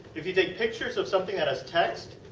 if you take pictures of something as text,